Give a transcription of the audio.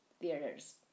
theaters